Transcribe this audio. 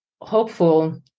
hopeful